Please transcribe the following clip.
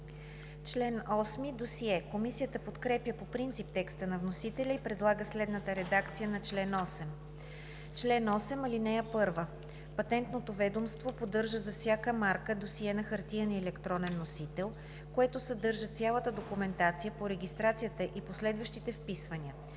„Член 8 – Досие“. Комисията подкрепя по принцип текста на вносителя и предлага следната редакция на чл. 8: „Чл. 8. (1) Патентното ведомство поддържа за всяка марка досие на хартиен и електронен носител, което съдържа цялата документация по регистрацията и последващите вписвания.